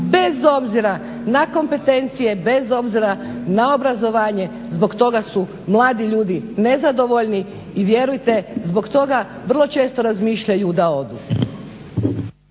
bez obzira na kompetencije, bez obzira na obrazovanje. Zbog toga su mladi ljudi nezadovoljni i vjerujte zbog toga vrlo često razmišljaju da odu.